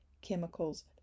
chemicals